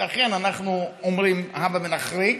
לכן אנחנו אומרים: הבה ונחריג,